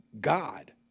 God